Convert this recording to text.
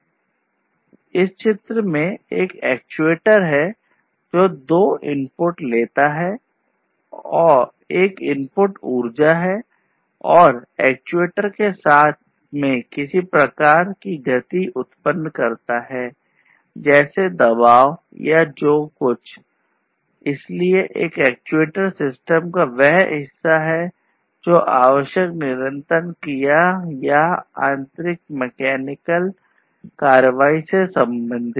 In this particular figure an actuator takes two inputs one input is the energy And together the actuator produces some kind of a motion such as the force or whatever So an actuator is a part of the system that deals with the control action required the mechanical action There are many others but these are some of these pictures of actuators इस चित्र में एक actuator कार्रवाई से संबंधित है